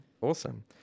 Awesome